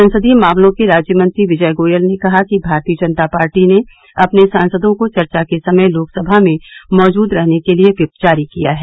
संसदीय मामलों के राज्यमंत्री विजय गोयल ने कहा कि भारतीय जनता पार्टी ने अपने सांसदों को चर्चा के समय लोकसभा में मौजूद रहने के लिए व्हिप जारी किया है